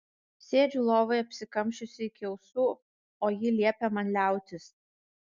sėdžiu lovoje apsikamšiusi iki ausų o ji liepia man liautis